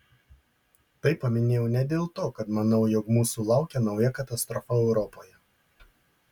tai paminėjau ne dėl to kad manau jog mūsų laukia nauja katastrofa europoje